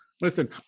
listen